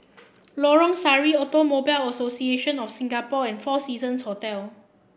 Lorong Sari Automobile Association of Singapore and Four Seasons Hotel